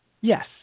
yes